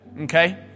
Okay